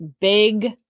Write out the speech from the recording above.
big